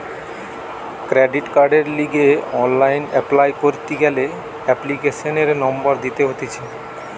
credit কার্ডের লিগে online apply করতি গ্যালে এপ্লিকেশনের নম্বর দিতে হতিছে